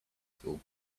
school